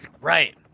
right